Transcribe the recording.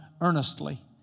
earnestly